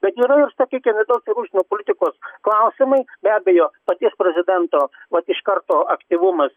bet yra ir sakykim vidaus ir užsienio politikos klausimai be abejo paties prezidento vat iš karto aktyvumas